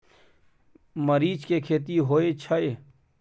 मरीच के खेती होय छय?